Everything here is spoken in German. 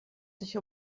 sich